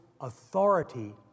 authority